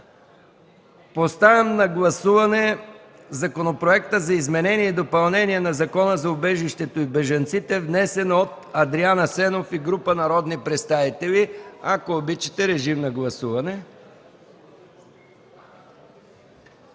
Поставям на гласуване Законопроекта за изменение и допълнение на Закона за убежището и бежанците, внесен от Адриан Асенов и група народни представители. Гласували